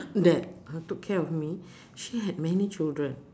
that took care of me she had many children